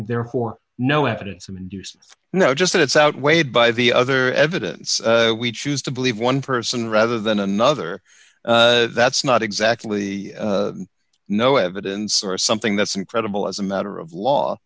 therefore no evidence and use no just that it's outweighed by the other evidence we choose to believe one person rather than another that's not exactly no evidence or something that's incredible as a matter of law